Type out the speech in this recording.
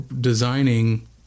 designing